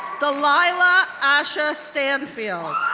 dalila asha stanfield,